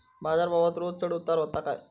बाजार भावात रोज चढउतार व्हता काय?